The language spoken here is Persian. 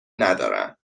ندارن